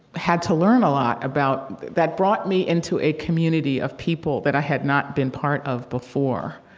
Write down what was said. had to learn a lot about that brought me into a community of people that i had not been part of before.